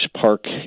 park